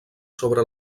sobre